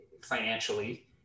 financially